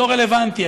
לא רלוונטי,